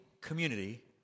community